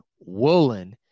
Woolen